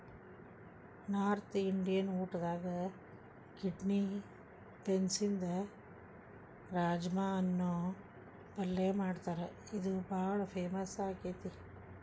north Indian ಊಟದಾಗ kidney ಬೇನ್ಸ್ನಿಂದ ರಾಜ್ಮಾ ಅನ್ನೋ ಪಲ್ಯ ಮಾಡ್ತಾರ ಇದು ಬಾಳ ಫೇಮಸ್ ಆಗೇತಿ